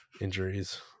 injuries